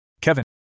Kevin